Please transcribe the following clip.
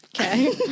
okay